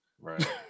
right